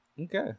Okay